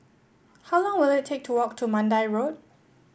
how long will it take to walk to Mandai Road